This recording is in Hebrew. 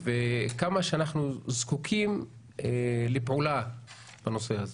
וכמה שאנחנו זקוקים לפעולה בנושא הזה.